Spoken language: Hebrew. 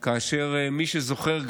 מי שזוכר,